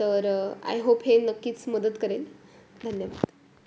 तर I hope हे नक्कीच मदत करेल धन्यवाद